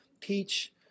teach